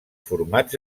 formats